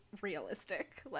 realistic